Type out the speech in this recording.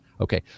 Okay